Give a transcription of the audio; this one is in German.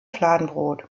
fladenbrot